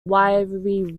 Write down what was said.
wiry